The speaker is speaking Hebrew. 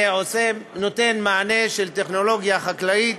זה נותן מענה של טכנולוגיה חקלאית